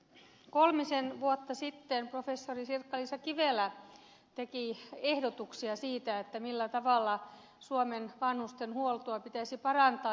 kolmisen vuotta sitten professori sirkka liisa kivelä teki ehdotuksia siitä millä tavalla suomen vanhustenhuoltoa pitäisi parantaa